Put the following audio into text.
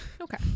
Okay